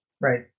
Right